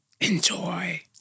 enjoy